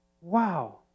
Wow